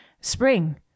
spring